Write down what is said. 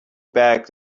back